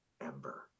Ember